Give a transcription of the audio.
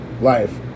life